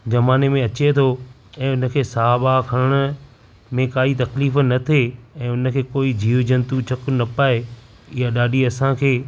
ज़माने में अचे थो ऐं हुन खे साहु वाहु खणण में काई तकलीफ़ु न थिए ऐं हुन खे कोई जीव जंतु चकु न पाए हीअ ॾाढी असांखे